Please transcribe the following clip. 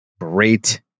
great